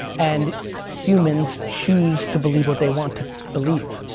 and humans choose to believe what they want to believe,